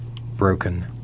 broken